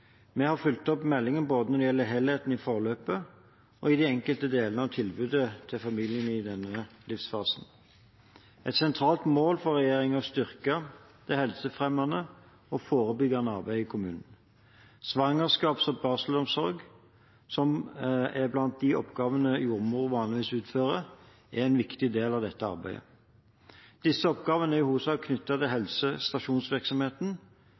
Vi har fulgt opp meldingen når det gjelder både helheten i forløpet og de enkelte delene av tilbudet til familier i denne livsfasen. Et sentralt mål for regjeringen er å styrke det helsefremmende og forebyggende arbeidet i kommunene. Svangerskaps- og barselomsorg, som er blant de oppgavene jordmor vanligvis utfører, er en viktig del av dette arbeidet. Disse oppgavene er i hovedsak knyttet til